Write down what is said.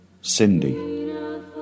Cindy